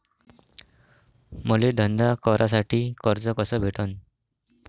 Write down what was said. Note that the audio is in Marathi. मले धंदा करासाठी कर्ज कस भेटन?